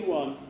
one